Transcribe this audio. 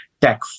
tech